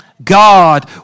God